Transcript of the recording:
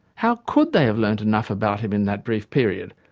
how could they have learned enough about him in that brief period,